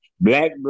Black